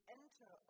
enter